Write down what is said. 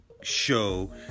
show